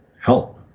help